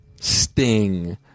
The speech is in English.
Sting